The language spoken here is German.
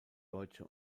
deutsche